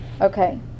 Okay